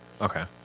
Okay